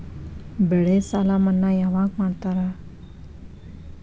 ಬೆಳೆ ಸಾಲ ಮನ್ನಾ ಯಾವಾಗ್ ಮಾಡ್ತಾರಾ?